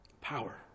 power